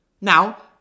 Now